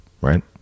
right